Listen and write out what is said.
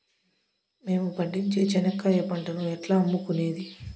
మేము పండించే చెనక్కాయ పంటను ఎట్లా అమ్ముకునేది?